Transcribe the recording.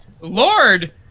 Lord